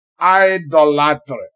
idolatry